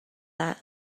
that